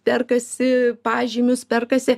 perkasi pažymius perkasi